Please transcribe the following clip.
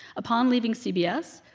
upon leaving cbs,